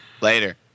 Later